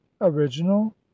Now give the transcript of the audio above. original